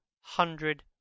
hundred